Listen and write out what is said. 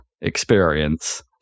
experience